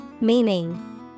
Meaning